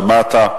שמעת,